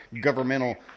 governmental